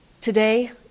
Today